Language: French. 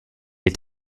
est